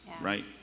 right